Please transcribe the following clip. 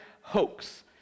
hoax